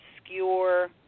obscure